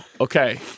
Okay